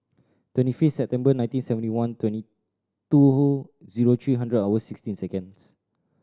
twenty fifth September nineteen seventy one twenty two who zero three hundred hours sixteen seconds